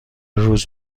روز